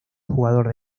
jugador